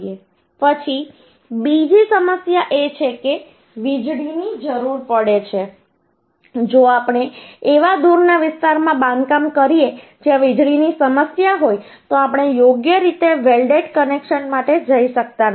પછી બીજી સમસ્યા એ છે કે વીજળીની જરૂર પડી શકે છે જો આપણે એવા દૂરના વિસ્તારમાં બાંધકામ કરીએ જ્યાં વીજળીની સમસ્યા હોય તો આપણે યોગ્ય રીતે વેલ્ડેડ કનેક્શન માટે જઈ શકતા નથી